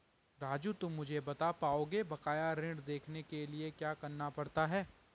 राजू तुम मुझे बता पाओगे बकाया ऋण देखने के लिए क्या करना पड़ता है?